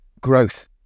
growth